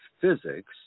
physics